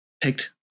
picked